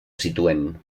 zituen